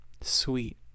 Sweet